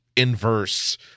Inverse